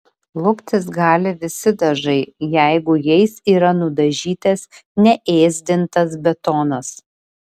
luptis gali visi dažai jeigu jais yra nudažytas neėsdintas betonas